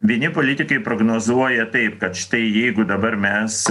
vieni politikai prognozuoja taip kad štai jeigu dabar mes